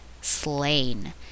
slain